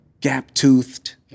Gap-toothed